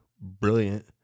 Brilliant